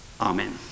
Amen